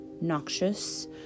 noxious